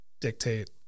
dictate